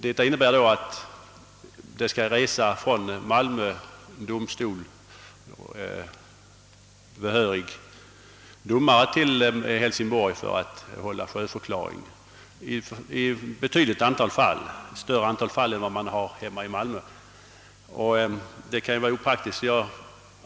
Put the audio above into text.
Detta innebär då att behörig domare skall resa från Malmö till Hälsingborg för att där hålla sjöförklaring betydligt oftare än han gör hemma i Malmö. Det kan ju vara opraktiskt.